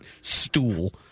stool